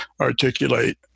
articulate